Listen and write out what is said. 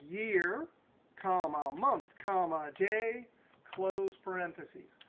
year comma month comma day close parenthesis.